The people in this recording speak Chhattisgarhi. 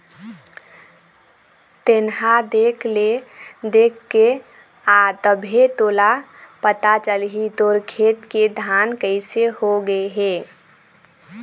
तेंहा देख ले देखके आ तभे तोला पता चलही तोर खेत के धान कइसे हो गे हे